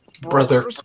Brother